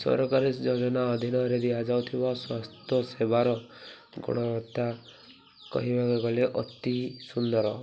ସରକାରୀ ଯୋଜନା ଅଧୀନରେ ଦିଆଯାଉଥିବା ସ୍ୱାସ୍ଥ୍ୟ ସେବାର ଗୁଣବତ୍ତା କହିବାକୁ ଗଲେ ଅତି ସୁନ୍ଦର